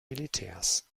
militärs